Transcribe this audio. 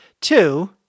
Two